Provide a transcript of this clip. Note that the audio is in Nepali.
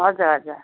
हजुर हजुर